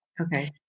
Okay